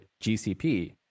gcp